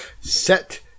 Set